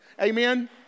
amen